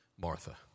Martha